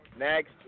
Next